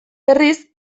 berriz